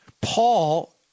Paul